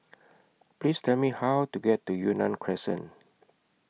Please Tell Me How to get to Yunnan Crescent